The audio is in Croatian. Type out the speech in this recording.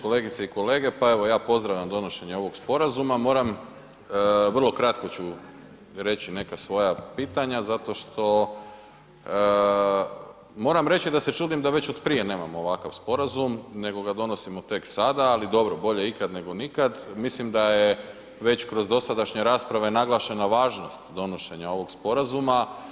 Kolegice i kolege, pa evo ja pozdravljam donošenje ovog sporazuma, moram, vrlo kratko ću reći neka svoja pitanja zato što, moram reći da se čudim da već od prije nemamo ovakav sporazum, nego ga donosimo tek sada, ali dobro, bolje ikad, nego nikad, mislim da je već kroz dosadašnje rasprave naglašena važnost donošenja ovog sporazuma.